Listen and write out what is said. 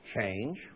change